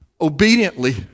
Obediently